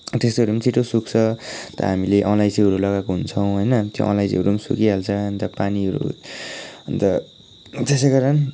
त्यस्तोहरू पनि छिटो सुक्छ अन्त हामीले अलैँचीहरू लगाएको हुन्छौँ होइन त्यो अलैँचीहरू पनि सुकिहाल्छ अन्त पानीहरू अन्त त्यसै गरेर